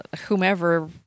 whomever